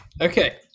Okay